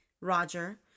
Roger